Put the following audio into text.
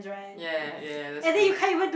ya ya that's true